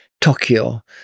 Tokyo